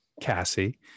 Cassie